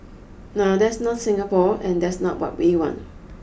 now that's not Singapore and that's not what we want